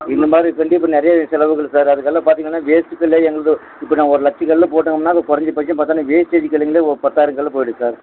இந்த மாதிரி இப்போ வந்து இப்போ நிறைய செலவுகள் சார் அதுக்கெல்லாம் பார்த்திங்கன்னா ஜேசிபில்லே எங்களுது இப்போ நான் ஒரு லட்ச கல்லை போட்டோம்னா அங்கே குறஞ்ச பட்சம் பார்த்தா அங்கே வேஸ்டேஜ் கல்லுங்களே ஓ பத்தாயிரம் கல் போயிடும் சார்